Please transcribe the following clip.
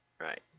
Right